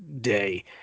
day